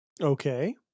Okay